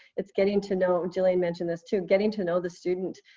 it's getting to know, jillian mentioned this too, getting to know the student,